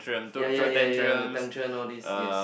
ya ya ya ya the tantrum all these yes